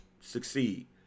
succeed